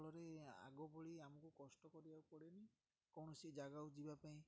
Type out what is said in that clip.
ଫଳରେ ଆଗ ଭଳି ଆମକୁ କଷ୍ଟ କରିବାକୁ ପଡ଼େନି କୌଣସି ଜାଗାକୁ ଯିବା ପାଇଁ